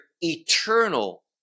eternal